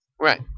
Right